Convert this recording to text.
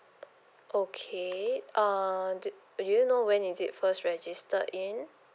okay uh do you know when is it first registered in